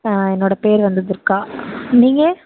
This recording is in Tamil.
ஆ என்னோட பேர் வந்து துர்கா நீங்கள்